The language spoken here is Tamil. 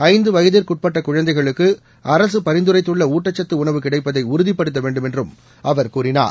ஐந்து வயதிற்குட்பட்ட குழந்தைகளுக்கு அரசு பரிந்துரைத்துள்ள ஊட்டச்சத்து உணவு கிடைப்பதை உறுதிபடுத்த வேண்டும் என்றும் அவர் கூறினார்